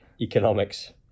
economics